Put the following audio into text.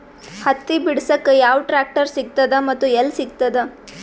ಹತ್ತಿ ಬಿಡಸಕ್ ಯಾವ ಟ್ರಾಕ್ಟರ್ ಸಿಗತದ ಮತ್ತು ಎಲ್ಲಿ ಸಿಗತದ?